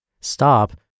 stop